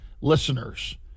listeners